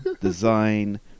design